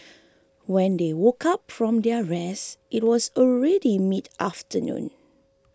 when they woke up from their rest it was already midafternoon